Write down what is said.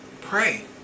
Pray